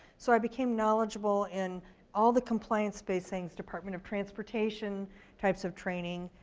so i became knowledgeable in all the compliance spaces department of transportation types of training,